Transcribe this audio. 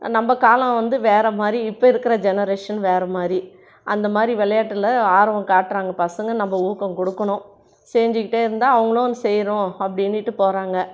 நம்ப காலம் வந்து வேறு மாதிரி இப்போ இருக்கிற ஜெனரேஷன் வேறு மாதிரி அந்த மாதிரி விளையாட்டுல ஆர்வம் காட்டுறாங்க பசங்கள் நம்ப ஊக்கம் கொடுக்கணும் செஞ்சுகிட்டே இருந்தால் அவர்களும் செய்கிறோம் அப்படினுட்டு போகிறாங்க